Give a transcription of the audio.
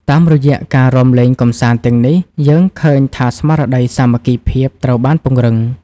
តាមរយៈការរាំលេងកម្សាន្តទាំងនេះ យើងឃើញថាស្មារតីសាមគ្គីភាពត្រូវបានពង្រឹង។